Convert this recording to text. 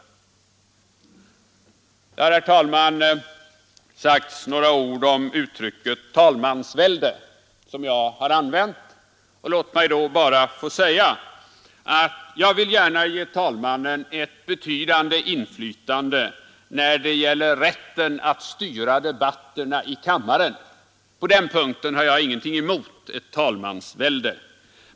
Det har, herr talman, sagts några ord om uttrycket talmansvälde, som jag har använt. Låt mig bara få säga att jag vill gärna ge talmannen ett betydande inflytande när det gäller rätten att styra debatterna i kammaren — på den punkten har jag ingenting emot ett talmansvälde.